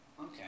okay